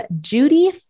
Judy